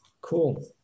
Cool